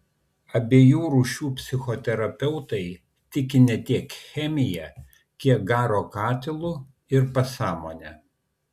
abiejų rūšių psichoterapeutai tiki ne tiek chemija kiek garo katilu ir pasąmone